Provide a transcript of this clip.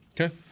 Okay